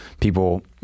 people